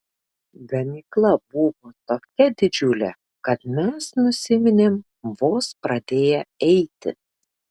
ganykla buvo tokia didžiulė kad mes nusiminėm vos pradėję eiti